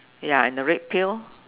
ya and the red pail